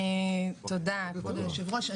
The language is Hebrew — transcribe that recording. תודה, כבוד היושב-ראש.